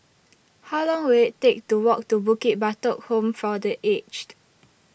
How Long Will IT Take to Walk to Bukit Batok Home For The Aged